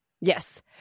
Yes